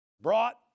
Brought